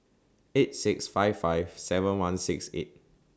eight six five five seven one six eight